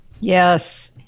Yes